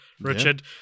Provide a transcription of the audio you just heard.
Richard